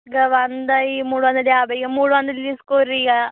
ఆ వంద ఈ మూడొందల యాభై ఇక మూడు వందలు తీసుకోండి ఇక